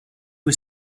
was